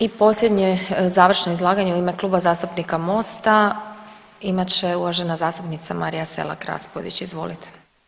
I posljednje završno izlaganje u ime Kluba zastupnika Mosta imat će uvažena zastupnica Marija Selak Raspudić, izvolite.